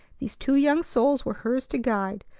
these two young souls were hers to guide.